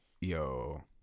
Yo